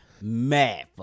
Mad